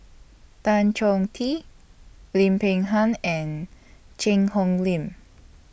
Tan Chong Tee Lim Peng Han and Cheang Hong Lim